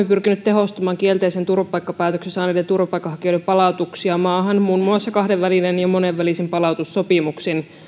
pyrkinyt tehostamaan kielteisen turvapaikkapäätöksen saaneiden turvapaikanhakijoiden palautuksia maahan muun muassa kahdenvälisin ja monenvälisin palautussopimuksin